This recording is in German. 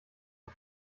und